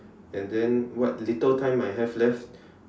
and then what little time I have left